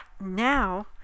now